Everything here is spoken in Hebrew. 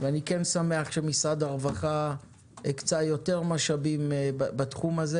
ואני שמח שמשרד הרווחה הקצה יותר משאבים בתחום הזה.